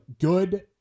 Good